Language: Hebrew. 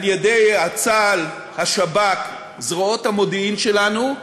על-ידי צה"ל, השב"כ, זרועות המודיעין שלנו,